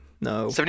No